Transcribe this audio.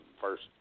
first